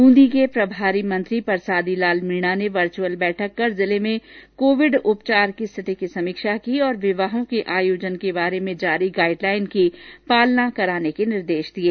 ब्रंदी के प्रभारी मंत्री परसादी लाल मीणा ने वर्च्यअल बैठक कर जिले में कोविड उपचार स्थिति की समीक्षा की और विवाह के आयोजन के बारे में जारी गाइड लाईन की पालना कराने के आदेश दिये